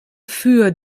für